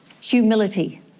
Humility